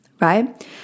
right